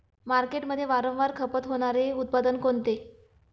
मार्केटमध्ये वारंवार खपत होणारे उत्पादन कोणते?